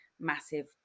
massive